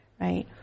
right